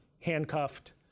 handcuffed